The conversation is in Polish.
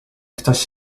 ktoś